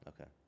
Okay